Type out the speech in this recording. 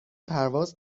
پرواز